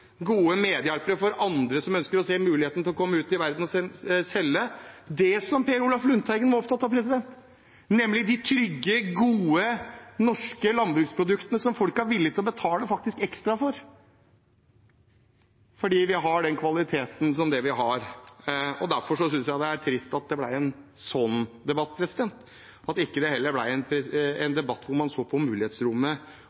for andre som ønsker å se muligheten for å komme ut i verden og selge det som Per Olaf Lundteigen var opptatt av, nemlig de trygge, gode, norske landbruksproduktene som folk faktisk er villig til å betale ekstra for – fordi vi har den kvaliteten vi har. Derfor synes jeg det er trist at det ble en sånn debatt, og ikke en debatt hvor man så på mulighetsrommet, og tok mulighetsrommet. Jeg ønsker å være en